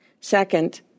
Second